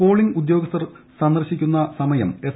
polling ഉദ്യോഗസ്ഥർ സന്ദർശിക്കുന്ന സമയം എസ്